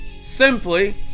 Simply